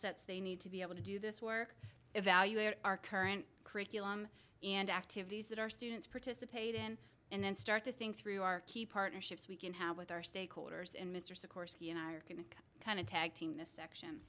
sets they need to be able to do this work evaluate our current curriculum and activities that our students participate in and then start to think through our key partnerships we can have with our stakeholders and mr sikorski and i are going to kind of tag team this section